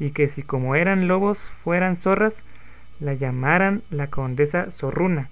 y que si como eran lobos fueran zorras la llamaran la condesa zorruna